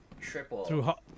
triple